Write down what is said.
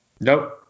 Nope